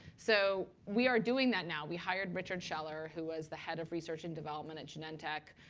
so we are doing that now. we hired richard scheller, who was the head of research and development at genentech.